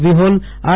Vihol R